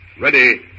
ready